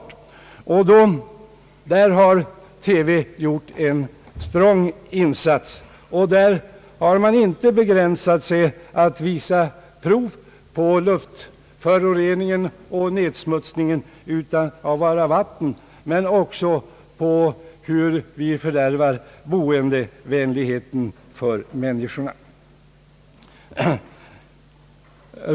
Det är en strong insats TV har gjort för miljö vården, och man har inte begränsat sig till att visa prov på luftföroreningen och nedsmutsningen av våra vatten utan också klargjort hur vi fördärvar boendevänligheten för människorna.